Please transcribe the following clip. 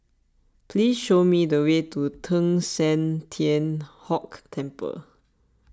please show me the way to Teng San Tian Hock Temple